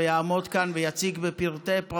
והוא יעמוד כאן ויציג בפרטי-פרטים